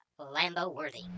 Lambo-worthy